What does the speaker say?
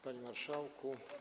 Panie Marszałku!